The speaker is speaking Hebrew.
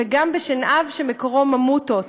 וגם בשנהב שמקורו בממותות.